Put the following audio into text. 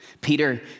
Peter